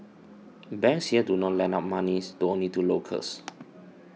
banks here do not lend out money only to locals